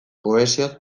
kohesioz